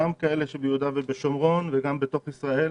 גם כאלה ביהודה ושומרון וגם בתוך ישראל,